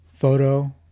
Photo